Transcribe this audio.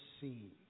seen